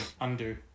undo